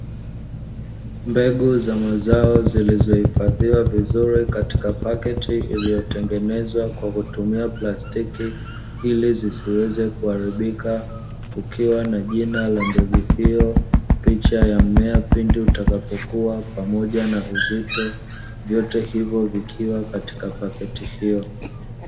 Mbegu za mazao zilizohifadhiwa vizuri katika paketi iliyo tengenezwa kwa kutumia plastiki ili zisiweze kuharibika. Kukiwa na jina la mbegu hiyo, picha ya mmea pindi utakapokua pamoja na uzito, vyote hivyo vikiwa katika paketi hiyo.